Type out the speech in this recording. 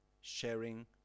sharing